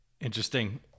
Interesting